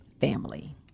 family